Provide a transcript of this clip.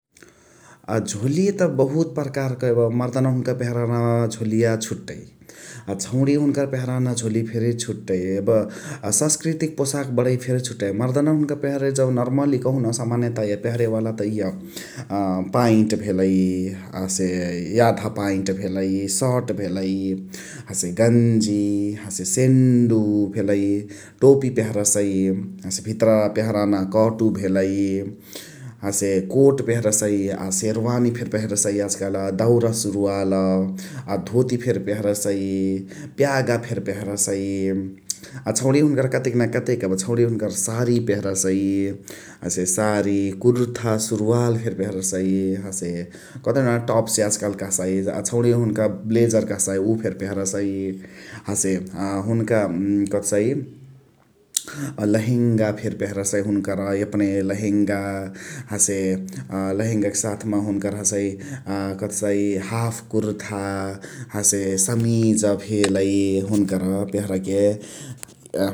अ झोलिय त बहुत पर्कारक एब मर्दनवा हुनुका पेहराणावा झोलिया छुट्टै । अ छौणिया हुनुका पेहरना छुट्टै ।एब सस्क्रीतिक पोसाब बणै छुट्टै । मर्दनवा हुनुका पेहरै जौ नर्मली कहुन सामन्य तया पेहरे वाला त पाइन्ट भेलइ हसे याधा पाइन्ट भेलइ, सट भेलइ । हसे गन्जी हसे सेन्डु भेलइ टोपी पेहरसइ । भेतरा पेहराना कटु भेलइ हसे कोत पेहरसइ । सेरवानी फेरी पेहरसइ याजु काल्, दाउरा सुरुवाल । अ धोती फेरी पेहरसइ, प्यागा फेरी पेहरसइ । अ छौणिय हुनुकर कतेन न कतेक । एब छौणिय हुनुकर सारी पेहरसइ, हसे सारि, कुर्था, सुरुवाल फेरी पेहरसइ । हसे कदेउन टप याजु कालु कहसाइ । अ छौणिया हुनुका ब्लेजर कहसाइ उ फेरी पेहरसइ । हसे अ हुनुका कथिसाइ अ लहेङ्गा फेरी पेहरसइ हुनुकर एपनही लेहेङ्गा । हसे अ लहेङ्गाक साथ म हुनुकर हसइ अ कथसाइ हाल्फ कुर्था हसे समिज बेलइ हुनुकर पेहरके ।